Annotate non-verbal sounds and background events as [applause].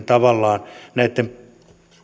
[unintelligible] tavallaan pakotamme ihmisen näitten